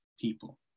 people